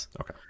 Okay